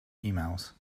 emails